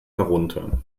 herunter